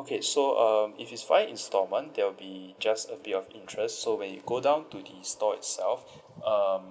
okay so um if it's via installment there will be just a bit of interest so when you go down to the store itself um